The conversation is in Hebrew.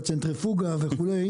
הצנטריפוגה וכו'.